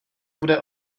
bude